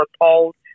appalled